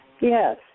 Yes